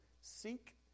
seek